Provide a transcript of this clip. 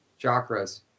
Chakras